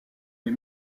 les